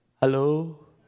Hello